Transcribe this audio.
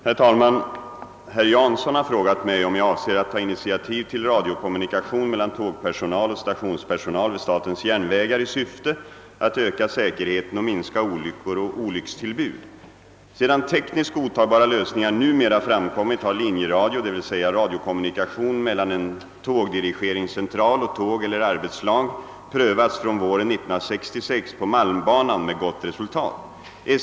Herr talman! Herr Jansson har frågat mig om jag avser att ta initiativ till radiokommunikation mellan tågpersonal och stationspersonal vid statens järnvägar i syfte att öka säkerheten och minska olyckor och olyckstillbud. Sedan tekniskt godtagbara lösningar numera framkommit har linjeradio — d.v.s. radiokommunikation mellan en tågdirigeringscentral och tåg eller arbetslag — prövats från våren 1966 på malmbanan med gott resultat.